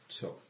tough